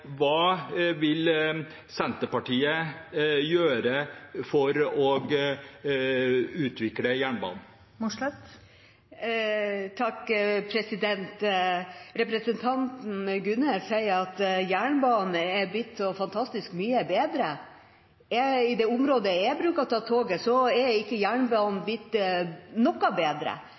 hva Senterpartiet vil gjøre for å utvikle jernbanen. Representanten Gunnes sier at jernbanen er blitt så fantastisk mye bedre. I det området jeg bruker å ta toget, er ikke jernbanen blitt noe bedre.